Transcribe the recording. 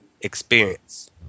experience